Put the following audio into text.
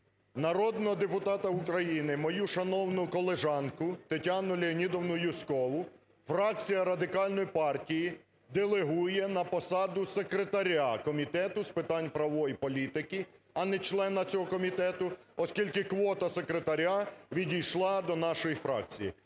Народного депутата України, мою шановну колежанку Тетяну Леонідівну Юзькову фракція Радикальної партії делегує на посаду секретаря Комітету з питань правової політики, а не члена цього комітету, оскільки квота секретаря відійшла до нашої фракції.